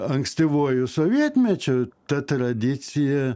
ankstyvuoju sovietmečiu ta tradicija